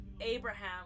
Abraham